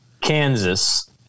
Kansas